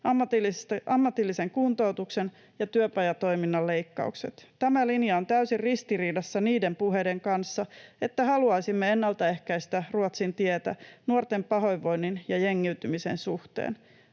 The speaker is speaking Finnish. ammatillisen kuntoutuksen ja työpajatoiminnan leikkaukset. Tämä linja on täysin ristiriidassa niiden puheiden kanssa, että haluaisimme ennaltaehkäistä Ruotsin tietä nuorten pahoinvoinnin ja jengiytymisen suhteen.